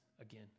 again